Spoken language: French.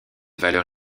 valeur